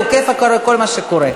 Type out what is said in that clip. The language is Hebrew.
והוא עוקב אחרי כל מה שקורה.